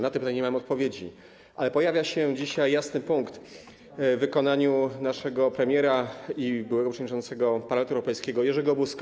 Na te pytania nie mamy odpowiedzi, ale pojawia się dzisiaj jasny punkt w wykonaniu naszego premiera i byłego przewodniczącego Parlamentu Europejskiego Jerzego Buzka.